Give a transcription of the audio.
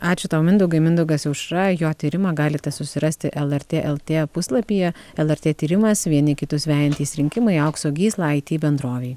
ačiū tau mindaugai mindaugas aušra jo tyrimą galite susirasti lrt lt puslapyje lrt tyrimas vieni kitus vejantys rinkimai aukso gysla aity bendrovei